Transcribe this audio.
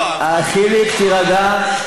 לא, חיליק, תירגע.